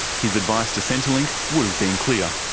his advice to centrelink would have been clear.